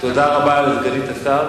תודה רבה לסגנית השר.